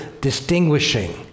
distinguishing